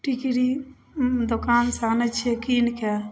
टिकरी दोकान सॅं आनै छियै कीनि कए